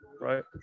right